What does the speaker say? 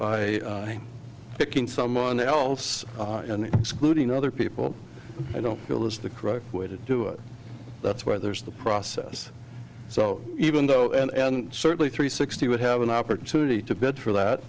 by picking someone else and excluding other people i don't feel is the correct way to do it that's why there's the process so even though and certainly three sixty would have an opportunity to bed for that